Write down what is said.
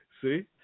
see